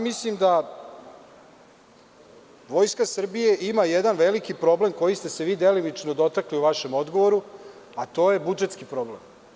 Mislim da Vojska Srbije ima jedan veliki problem kojeg ste se vi delimično dotakli u vašem odgovoru, a to je budžetski problem.